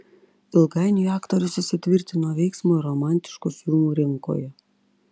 ilgainiui aktorius įsitvirtino veiksmo ir romantiškų filmų rinkoje